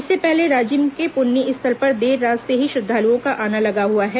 इससे पहले राजिम के पुन्नी स्थल पर देर रात से ही श्रद्धालुओं का आना लगा हुआ है